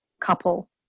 couple